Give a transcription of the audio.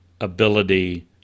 ability